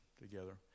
together